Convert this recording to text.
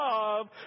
love